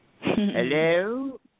Hello